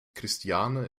christiane